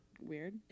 weird